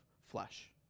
flesh